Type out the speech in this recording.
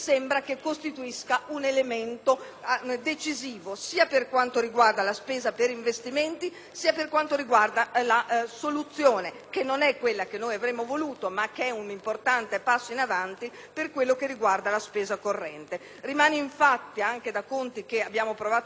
(la soluzione non è quella che noi avremmo voluto, ma è un importante passo in avanti) la spesa corrente. Rimane infatti, anche da conti che abbiamo provato a fare, una quota non molto rilevante di spesa regionale non finanziata a LEP.